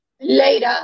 later